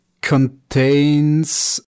contains